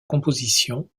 composition